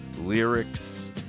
Lyrics